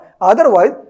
Otherwise